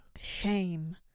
Shame